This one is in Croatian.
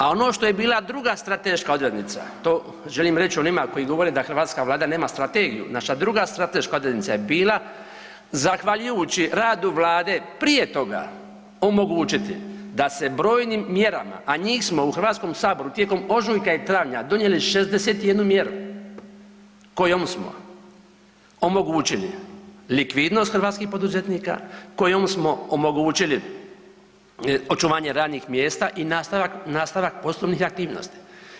A ono što je bila druga strateška odrednica, to želim reć onima koji govore da hrvatska vlada nema strategiju, naša druga strateška odrednica je bila, zahvaljujući radu vlade, prije toga omogućiti da se brojnim mjerama, a njih smo u HS tijekom ožujka i travnja donijeli 61 mjeru kojom smo omogućili likvidnost hrvatskih poduzetnika, kojom smo omogućili očuvanje radnih mjesta i nastavak, nastavak poslovnih aktivnosti.